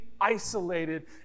isolated